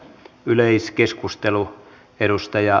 yleiskeskustelu edustaja